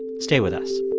stay with us